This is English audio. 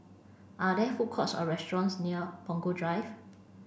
are there food courts or restaurants near Punggol Drive